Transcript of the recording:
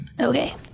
Okay